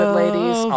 ladies